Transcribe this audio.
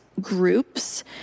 groups